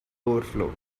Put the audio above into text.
overflow